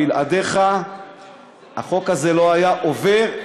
בלעדיך החוק הזה לא היה עובר,